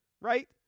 right